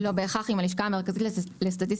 לא בהכרח עם הלשכה המרכזית לסטטיסטיקה,